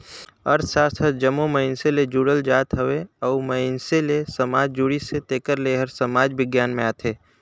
अर्थसास्त्र हर जम्मो मइनसे ले जुड़ल जाएत हवे अउ मइनसे ले समाज जुड़िस हे तेकर ले एहर समाज बिग्यान में आथे